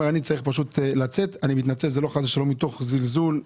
אני צריך לצאת וזה לא מתוך זלזול,